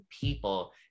people